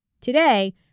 Today